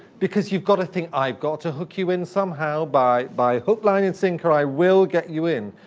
because you've got to think, i've got to hook you in somehow. by by hook, line, and sinker, i will get you in.